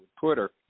Twitter